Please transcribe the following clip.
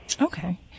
Okay